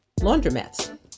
laundromats